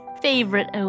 favorite